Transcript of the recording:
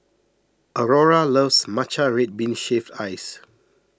Aurora loves Matcha Red Bean Shaved Ice